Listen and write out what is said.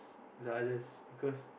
the others because